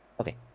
Okay